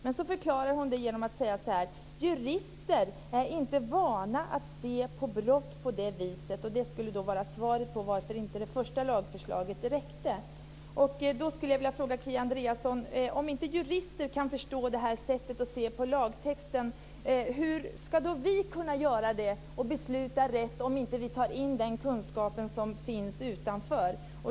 Sedan förklarar hon det genom att säga att jurister inte är vana att se på brott på det viset. Det skulle då vara svaret på varför inte det första lagförslaget räckte. Jag skulle därför vilja fråga Kia Andreasson: Om inte jurister kan förstå det här sättet att se på lagtexten, hur ska då vi kunna göra det och besluta rätt om vi inte tar in den kunskap som finns utanför?